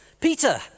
Peter